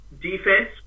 defense